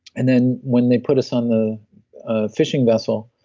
and then when they put us on the fishing vessel